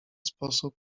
sposób